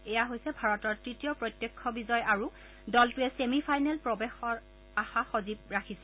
এয়া হৈছে ভাৰতৰ তৃতীয় প্ৰত্যক্ষ বিজয় আৰু দলটোৱে ছেমি ফাইনেল প্ৰৱেশৰ আশা সজীৱ কৰি ৰাখিছে